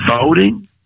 Voting